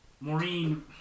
Maureen